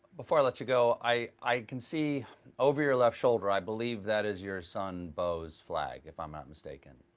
before i let you go, i can see over your left shoulder, i believe that is your son bo's flag, if i'm not mistaken.